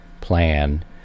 plan